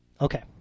Okay